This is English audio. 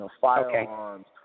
firearms